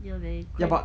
ya man